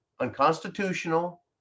unconstitutional